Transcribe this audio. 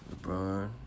LeBron